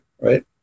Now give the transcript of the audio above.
right